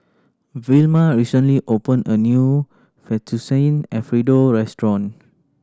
Vilma recently opened a new Fettuccine Alfredo restaurant